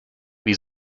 wie